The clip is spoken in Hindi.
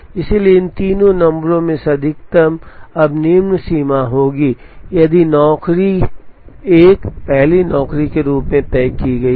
इसलिए इन तीन नंबरों में से अधिकतम अब निम्न सीमा होगी यदि नौकरी 1 पहली नौकरी के रूप में तय की गई है